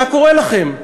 מה קורה לכם?